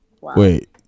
Wait